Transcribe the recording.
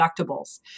deductibles